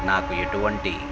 నాకు ఎటువంటి